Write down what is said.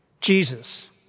Jesus